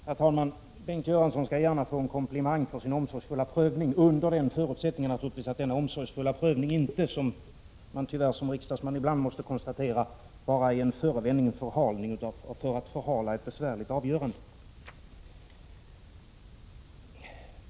Herr talman! Bengt Göransson skall gärna få en komplimang för sin omsorgsfulla prövning — naturligtvis under den förutsättningen att denna omsorgsfulla prövning inte, som man som riksdagsman tyvärr ibland måste konstatera, bara är en förevändning för att förhala ett besvärligt avgörande.